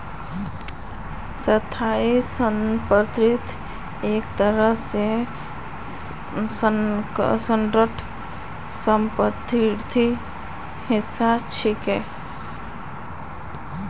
स्थाई संपत्ति एक तरह स करंट सम्पत्तिर हिस्सा छिके